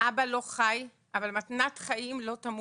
אבא לא חי, אבל מתנת חיים לא תמות.